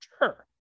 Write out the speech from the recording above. Sure